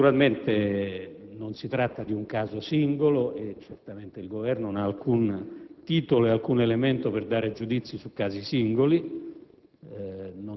Naturalmente, non si tratta di un caso singolo e certamente il Governo non ha alcun titolo ed alcun elemento per esprimere giudizi su casi singoli.